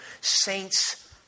saints